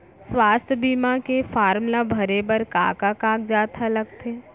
स्वास्थ्य बीमा के फॉर्म ल भरे बर का का कागजात ह लगथे?